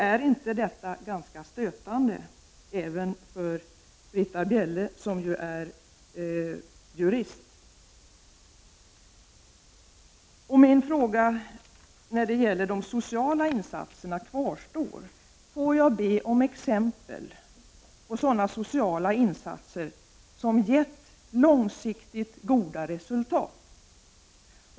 Är inte detta ganska stötande även för Britta Bjelle, som ju är jurist? Min fråga när det gäller de sociala insatserna kvarstår. Får jag be om exempel på sådana sociala insatser som gett långsiktigt goda resultat?